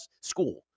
school